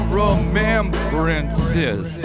remembrances